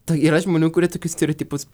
tai yra žmonių kurie tokius stereotipus